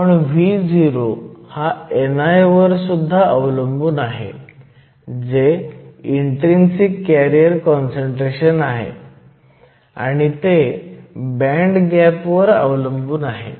पण Vo हा ni वर सुद्धा अवलंबून आहे जे इन्ट्रीन्सिक कॅरियर काँसंट्रेशन आहे आणि ते बँड गॅप वर अवलंबून आहे